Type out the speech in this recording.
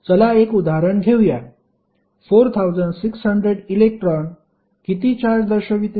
चला एक उदाहरण घेऊया 4600 इलेक्ट्रॉन किती चार्ज दर्शविते